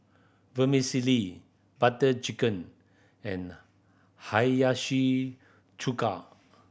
Vermicelli Butter Chicken and Hiyashi Chuka